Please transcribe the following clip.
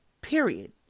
period